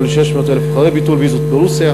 ל-600,000 אחרי ביטול הוויזות מרוסיה.